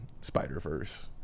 Spider-Verse